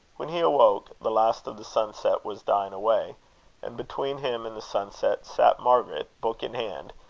when he awoke, the last of the sunset was dying away and between him and the sunset sat margaret, book in hand,